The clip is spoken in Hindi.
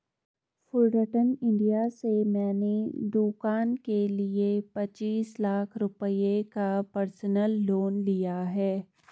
फुलरटन इंडिया से मैंने दूकान के लिए पचीस लाख रुपये का पर्सनल लोन लिया है